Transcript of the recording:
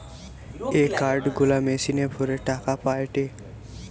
এ card গুলা মেশিনে ভরে টাকা পায়টে